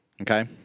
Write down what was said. Okay